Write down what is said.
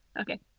Okay